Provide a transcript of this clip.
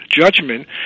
judgment